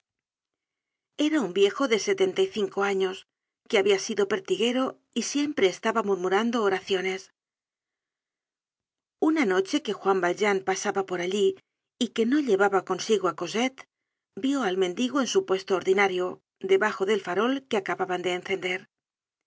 era un viejo de setenta y cinco años que habia sido pertiguero y siempre estaba murmurando oraciones una noche que juan valjean pasaba por allí y que no llevaba consigo á cosette vió al mendigo en su puesto ordinario debajo del farol que acababan de encender